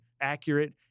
accurate